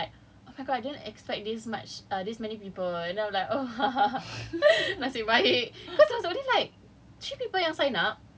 cause it was still macam ramai then she was like oh my god didn't expect this much this many people and then I'm like oh ha ha ha nasib baik cause there's only like